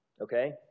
okay